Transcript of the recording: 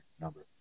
number